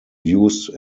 used